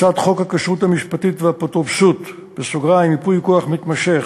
הצעת חוק הכשרות המשפטית והאפוטרופסות (ייפוי כוח מתמשך,